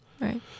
Right